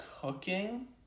cooking